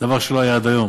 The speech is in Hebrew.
זה דבר שלא היה עד היום.